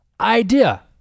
idea